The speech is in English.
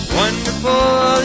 wonderful